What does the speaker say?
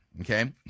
Okay